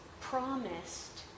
promised